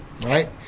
right